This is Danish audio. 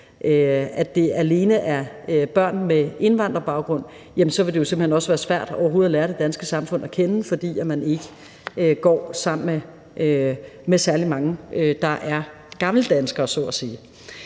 det alene er børn med indvandrerbaggrund, vil det jo simpelt hen også være svært overhovedet at lære det danske samfund at kende, fordi de ikke går sammen med særlig mange, der er gammeldanskere